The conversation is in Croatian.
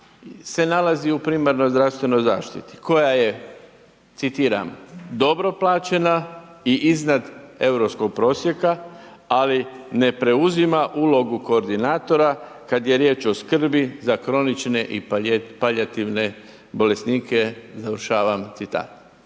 se nalazi u primarnoj zdravstvenoj zaštiti koja je, citiram: dobro plaćena i iznad europskog prosjeka, ali ne preuzima ulogu koordinatora kad je riječ o skrbi za kronične i palijativne bolesnike. Dakle Europska